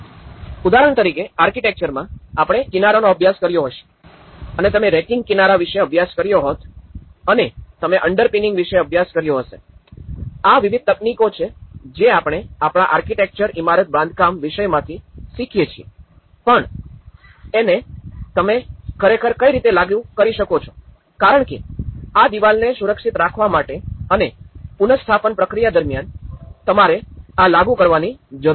ઉદાહરણ તરીકે આર્કિટેક્ચરમાં આપણે કિનારાનો અભ્યાસ કર્યો હશે અને તમે રેકિંગ કિનારા વિશે અભ્યાસ કર્યો હોત અને તમે અન્ડરપિનિંગ વિશે અભ્યાસ કર્યો હશે આ વિવિધ તકનીકો છે જે આપણે આપણા આર્કિટેક્ચર ઇમારત બાંધકામ વિષયમાંથી શીખીએ છીએ પણ એને તમે ખરેખર કઈ રીતે લાગુ કરો છો કારણ કે આ દિવાલને સુરક્ષિત રાખવા માટે અને પુનસ્થાપન પ્રક્રિયા દરમિયાન તમારે આ લાગુ કરવાની જરૂર છે